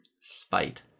Spite